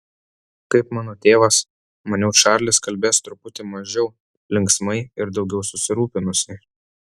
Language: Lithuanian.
kaip mano tėvas maniau čarlis kalbės truputį mažiau linksmai ir daugiau susirūpinusiai